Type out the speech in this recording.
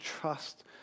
trust